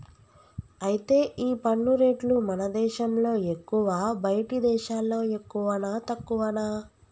అయితే ఈ పన్ను రేట్లు మన దేశంలో ఎక్కువా బయటి దేశాల్లో ఎక్కువనా తక్కువనా